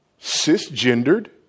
cisgendered